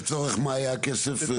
לצורך מה היה הכסף?